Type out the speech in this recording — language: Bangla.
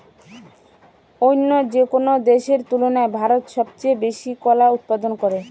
অইন্য যেকোনো দেশের তুলনায় ভারত সবচেয়ে বেশি কলা উৎপাদন করে